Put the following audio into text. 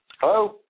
Hello